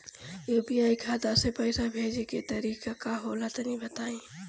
UPI खाता से पइसा भेजे के तरीका का होला तनि बताईं?